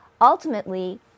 ultimately